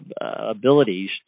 abilities